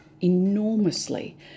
enormously